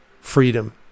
freedom